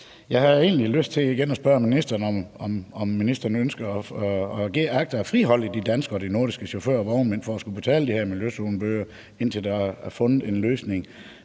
Jeg havde egentlig lyst til igen at spørge ministeren, om ministeren agter at friholde de danske og de nordiske chauffører og vognmænd fra at skulle betale det her miljøzonebøder, indtil der er fundet en løsning,